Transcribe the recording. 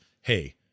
hey